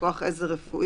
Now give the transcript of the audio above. כוח עזר רפואי,